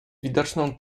widoczną